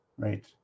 right